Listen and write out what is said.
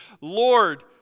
Lord